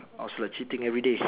I was like cheating every day